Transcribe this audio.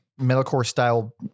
metalcore-style